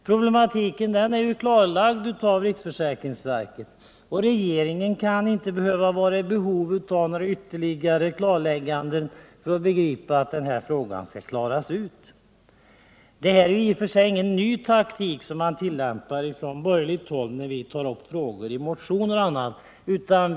Problematiken är klarlagd av riksförsäkringsverket, och regeringen kan inte vara i behov av några ytterligare klarlägganden för att begripa att denna fråga måste klaras ut. Den taktik som man tillämpar från borgerligt håll när vi tar upp frågor i motioner och annat är inte ny.